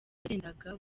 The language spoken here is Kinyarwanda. yagendaga